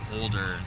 older